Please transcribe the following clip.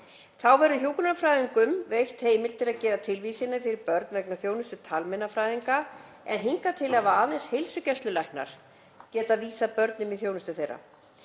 Þá verður hjúkrunarfræðingum veitt heimild til að gera tilvísanir fyrir börn vegna þjónustu talmeinafræðinga en hingað til hafa aðeins heilsugæslulæknar getað vísað börnum í þjónustu þeirra.